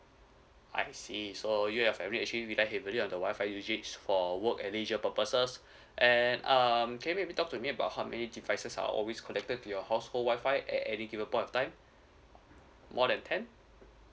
I see so you have every with a on the wifi usage for work at leisure purposes and um can you talk to me about how many devices are always connected to your household wifi at any given point of time more than ten